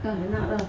tak nak lah